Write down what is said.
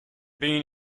been